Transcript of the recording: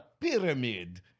pyramid